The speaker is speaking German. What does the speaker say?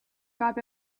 gab